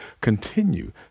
continue